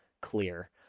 clear